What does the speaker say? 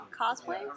cosplays